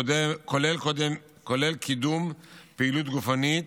כולל קידום פעילות גופנית,